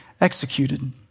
executed